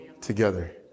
together